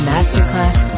Masterclass